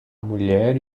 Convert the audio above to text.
mulher